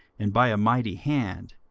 and by a mighty hand,